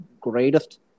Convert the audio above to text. greatest